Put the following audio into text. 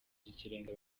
by’ikirenga